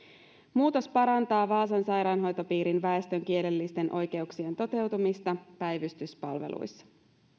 muutos parantaa vaasan sairaanhoitopiirin väestön kielellisten oikeuksien toteutumista päivystyspalveluissa